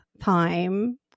time